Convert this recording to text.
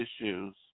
issues